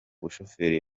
bashoferi